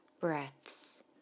breaths